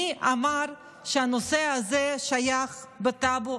מי אמר שהנושא הזה שייך לש"ס בטאבו?